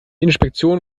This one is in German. inspektion